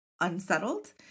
unsettled